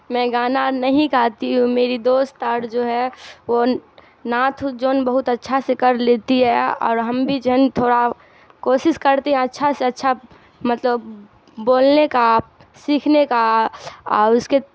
میں گانا نہیں گاتی ہوں میری دوست اور جو ہے وہ نعت ات جو ہے نا بہت اچھا سے کر لیتی ہے اور ہم بھی جو ہیں نا تھوڑا کوشش کرتے ہیں اچھا سے اچھا مطلب بولنے کا سیکھنے کا اور اس کے